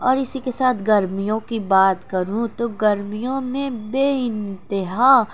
اور اسی کے ساتھ گرمیوں کی بات کروں تو گرمیوں میں بے انتہا